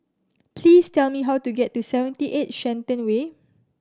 please tell me how to get to Seventy Eight Shenton Way